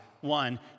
one